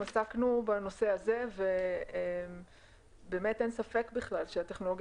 עסקנו בנושא הזה ובאמת אין ספק בכלל שהטכנולוגיה